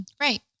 right